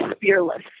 fearless